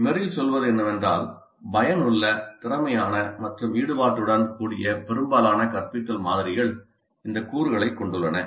Merrill சொல்வது என்னவென்றால் பயனுள்ள திறமையான மற்றும் ஈடுபாட்டுடன் கூடிய பெரும்பாலான கற்பித்தல் மாதிரிகள் இந்த கூறுகளைக் கொண்டுள்ளன